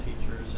teachers